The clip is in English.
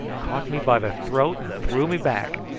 caught me by the throat, and threw me back,